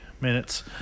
Minutes